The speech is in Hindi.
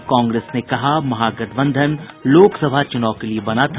और कांग्रेस ने कहा महागठबंधन लोकसभा चुनाव के लिए बना था